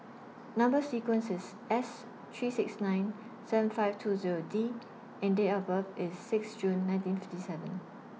Number sequence IS S three six nine seven five two Zero D and Date of birth IS six June nineteen fifty seven